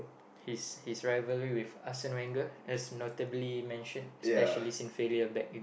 his his rivalry with Arsene-Wenger as notably mention especially since failure back in